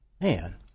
man